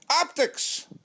Optics